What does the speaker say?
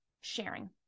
sharing